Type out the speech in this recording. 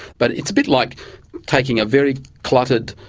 but it's a bit like taking a very cluttered,